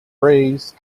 breeze